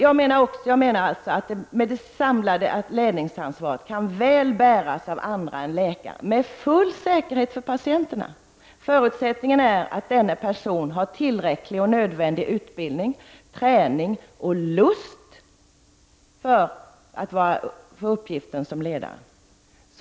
Jag menar alltså att det samlade ledningsansvaret väl kan bäras av andra än läkare med full säkerhet för patienterna. Förutsättningen är att denne person har tillräcklig och nödvändig utbildning, träning och lust för uppgiften som ledare.